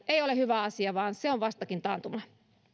ei ole hyvä asia vaan se on vastakin taantumaa